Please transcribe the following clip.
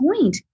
point